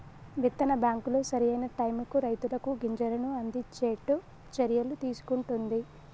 విత్తన బ్యాంకులు సరి అయిన టైముకు రైతులకు గింజలను అందిచేట్టు చర్యలు తీసుకుంటున్ది